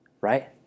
Right